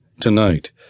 tonight